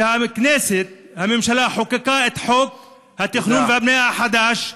שהכנסת, הממשלה חוקקה את חוק התכנון והבנייה החדש,